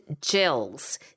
gels